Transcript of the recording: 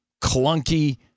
clunky